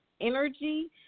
Energy